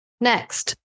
next